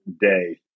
day